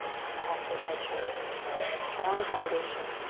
our practice, our training to find strong foundation